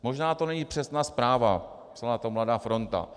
Možná to není přesná zpráva, psala to Mladá fronta.